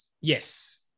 Yes